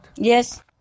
Yes